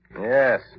Yes